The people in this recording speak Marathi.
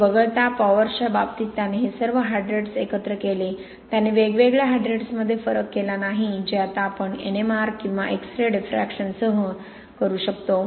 ते वगळता पॉवर्सच्या बाबतीत त्याने हे सर्व हायड्रेट्स एकत्र केले त्याने वेगवेगळ्या हायड्रेट्समध्ये फरक केला नाही जे आता आपण एनएमआर किंवा एक्स रे डिफ्रॅक्शनसह यासह करू शकतो